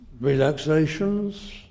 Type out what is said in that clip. relaxations